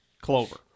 clover